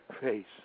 face